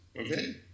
okay